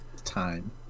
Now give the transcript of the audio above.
time